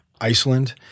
Iceland